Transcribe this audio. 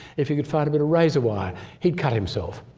if he could find a bit a razor wire he'd cut himself.